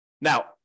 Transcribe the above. now